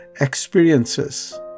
experiences